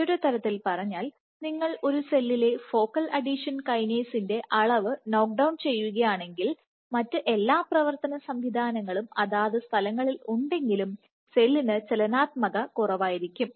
മറ്റൊരു തരത്തിൽ പറഞ്ഞാൽ നിങ്ങൾ ഒരു സെല്ലിലെ ഫോക്കൽ അഡീഷൻ കൈനെയ്സിന്റെ അളവ് നോക്ക്ഡൌൺ ചെയ്യുകയാണെങ്കിൽ മറ്റ് എല്ലാ പ്രവർത്തനസംവിധാനങ്ങളും അതാത് സ്ഥലങ്ങളിൽ ഉണ്ടെങ്കിലും സെല്ലിന് ചലനാത്മകത കുറവായിരിക്കും